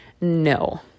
No